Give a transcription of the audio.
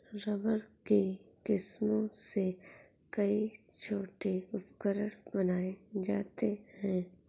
rubber की किस्मों से कई छोटे छोटे उपकरण बनाये जाते हैं